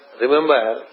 remember